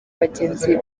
bagenzi